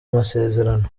masezerano